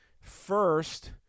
First